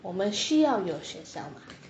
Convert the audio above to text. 我们需要有学校吗